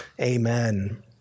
Amen